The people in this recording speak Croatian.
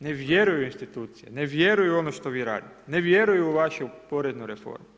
Ne vjeruju instituciji, ne vjeruju u ono što vi radite, ne vjeruju u vašu poreznu reformu.